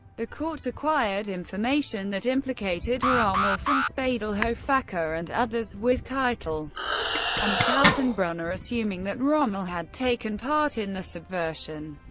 the court acquired information that implicated rommel from speidel, hofacker and others, with keitel and kaltenbrunner assuming that rommel had taken part in the subversion.